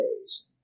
days